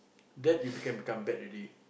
that you can become bad already